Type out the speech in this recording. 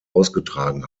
ausgetragen